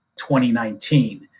2019